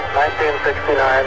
1969